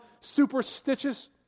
superstitious